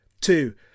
two